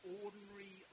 ordinary